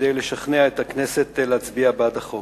כדי לשכנע את הכנסת להצביע בעד החוק.